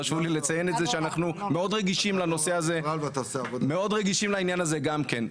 חשוב לי לציין את זה שאנחנו מאוד רגישים לנושא הזה גם כן.